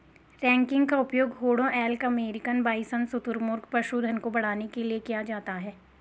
ranking का उपयोग घोड़ों एल्क अमेरिकन बाइसन शुतुरमुर्ग पशुधन को बढ़ाने के लिए किया जाता है